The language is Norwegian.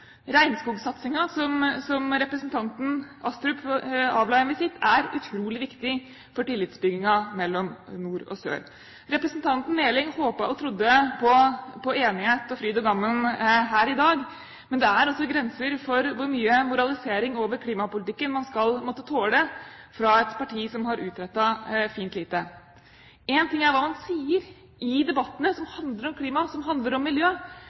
som representanten Astrup avla en visitt, er utrolig viktig for tillitsbyggingen mellom nord og sør. Representanten Meling håpet og trodde på enighet og fryd og gammen her i dag, men det er grenser for hvor mye moralisering over klimapolitikken man skal måtte tåle fra et parti som har utrettet fint lite. Én ting er hva en sier i debattene som handler om klima, som handler om miljø.